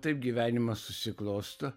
taip gyvenimas susiklosto